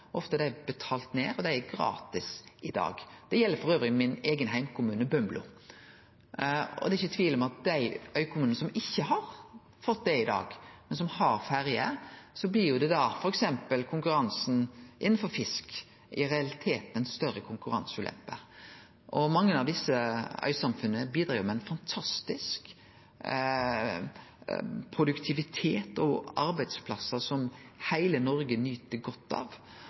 gjeld min eigen heimkommune Bømlo. Det er ikkje tvil om at dei øykommunane som i dag ikkje har det, men som har ferje, i realiteten har ein større konkurranseulempe, f.eks. innanfor fisk. Mange av desse øysamfunna bidrar jo med ein fantastisk produktivitet og arbeidsplassar som heile Noreg nyt godt av.